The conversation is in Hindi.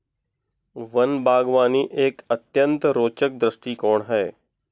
वन बागवानी एक अत्यंत रोचक दृष्टिकोण है